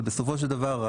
אבל בסופו של דבר,